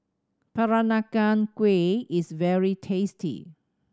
Peranakan Kueh is very tasty